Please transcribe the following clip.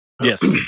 Yes